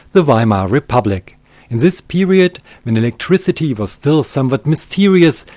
the weimar republic. in this period when electricity was still somewhat mysterious,